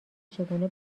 چگونه